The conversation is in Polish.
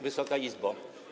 Wysoka Izbo!